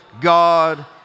God